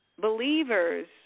believers